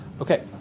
Okay